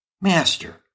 Master